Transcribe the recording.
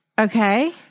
Okay